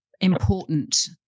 important